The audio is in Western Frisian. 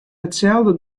itselde